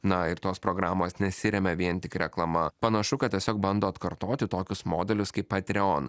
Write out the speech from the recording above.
na ir tos programos nesiremia vien tik reklama panašu kad tiesiog bando atkartoti tokius modelius kaip patreon